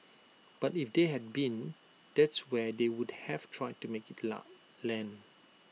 but if they had been that's where they would have tried to make IT laugh land